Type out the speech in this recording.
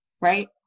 right